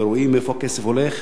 ורואים לאיפה הכסף הולך,